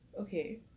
Okay